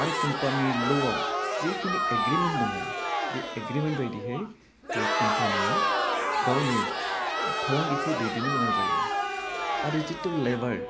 आर company ल' आव जिखिनि एग्रिमेन्ट दङ बे एग्रिमेन्ट बायदिहै बे कम्पानिया गावनि फालांगिखौ दैदेननो गोनां जायो आरो जिथु लेबार